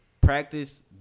practice